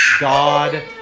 God